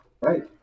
Right